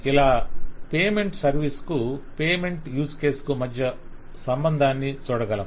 ఇలా payment service కు payment use case కు మధ్య సంబంధాన్ని చూడగలం